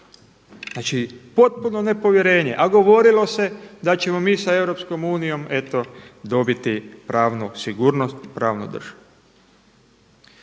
Znači potpuno nepovjerenje. A govorilo se da ćemo mi sa EU eto dobiti pravnu sigurnost, pravnu državu.